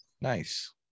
Nice